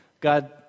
God